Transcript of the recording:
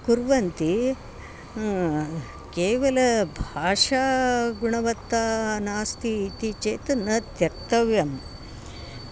कुर्वन्ति केवल भाषागुणवत्ता नास्ति इति चेत् न त्यक्तव्यम्